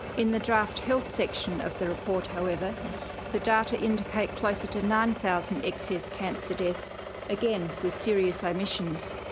in the draft health section of the report however the data indicate closer to nine thousand excess cancer deaths again with serious ah omissions.